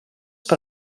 per